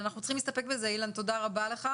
תודה רבה.